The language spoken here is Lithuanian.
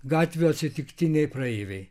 gatvių atsitiktiniai praeiviai